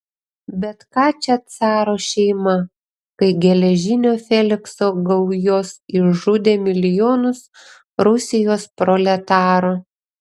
bet ką čia caro šeima kai geležinio felikso gaujos išžudė milijonus rusijos proletarų